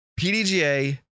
PDGA